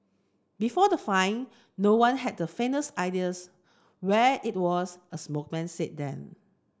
before the find no one had the faintest idea where it was a spokesman said then